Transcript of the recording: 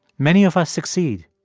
many of us succeed,